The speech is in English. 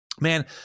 man